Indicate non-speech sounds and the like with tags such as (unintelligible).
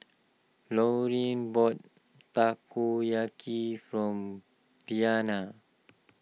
Lauryn bought Takoyaki from (unintelligible)